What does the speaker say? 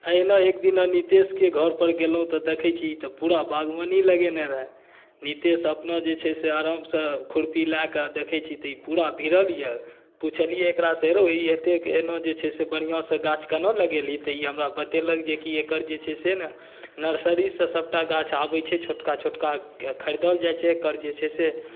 अहिना एक दिना नीतेशके घरपर गेलहुँ तऽ देखै छी ई तऽ पूरा बाग़वानी लगेने रहए नीतेश अपना जे छै आरामसँ खुरपी लऽ कऽ देखै छी तऽ ई पूरा भिड़ल अइ पुछलिए एक़रासँ हेरो ई एतेक एना जे छै से बढ़िआँसँ गाछ केना लगेलही तऽ ई हमरा बतेलक जे कि एकर जे छै से ने नर्सरीसँ सभटा गाछ आबै छै छोटका छोटका ख़रीदल जाइ छै एकर जे छै से